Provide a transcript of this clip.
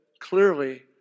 clearly